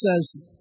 says